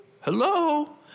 hello